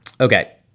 Okay